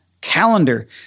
calendar